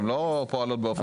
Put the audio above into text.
הן לא פועלות באופן עצמאי.